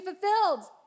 fulfilled